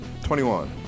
21